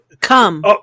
Come